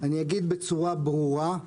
אני אגיד בצורה ברורה,